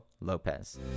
Lopez